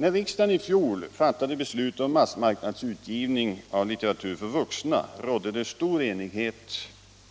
När riksdagen i fjol fattade beslut om massmarknadsutgivning av litteratur för vuxna rådde det stor enighet